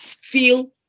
feel